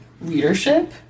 leadership